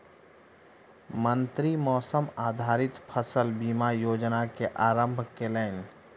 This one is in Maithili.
मंत्री मौसम आधारित फसल बीमा योजना के आरम्भ केलैन